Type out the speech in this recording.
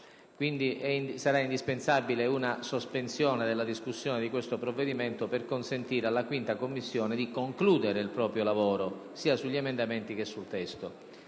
necessaria e indispensabile una sospensione della discussione di questo provvedimento per consentire alla 5a Commissione di concludere il proprio lavoro sia sugli emendamenti che sul testo.